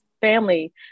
family